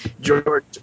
George